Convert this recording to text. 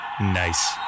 Nice